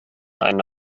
eine